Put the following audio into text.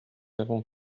avons